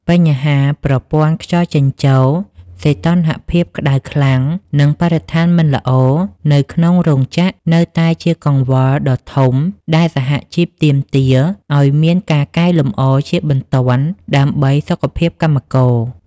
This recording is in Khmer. បញ្ហាប្រព័ន្ធខ្យល់ចេញចូល សីតុណ្ហភាពក្តៅខ្លាំង និងបរិស្ថានមិនល្អនៅក្នុងរោងចក្រ នៅតែជាកង្វល់ដ៏ធំដែលសហជីពទាមទារឱ្យមានការកែលម្អជាបន្ទាន់ដើម្បីសុខភាពកម្មករ។